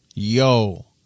Yo